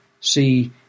see